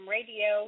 Radio